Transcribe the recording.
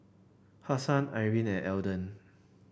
Hassan Irene and Elden